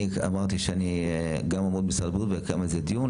אני אמרתי שאני גם אעמוד בקשר עם משרד הבריאות ואקיים על זה דיון,